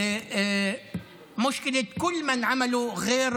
אשר עושה סדר